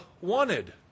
wanted